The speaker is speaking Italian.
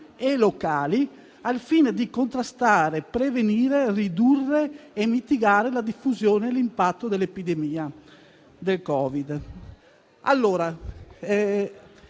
e locali, al fine di contrastare, prevenire, ridurre e mitigare la diffusione e l'impatto dell'epidemia da